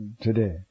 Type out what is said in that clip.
today